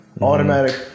Automatic